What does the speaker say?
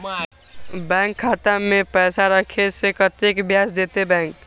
Bank खाता में पैसा राखे से कतेक ब्याज देते बैंक?